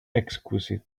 exquisite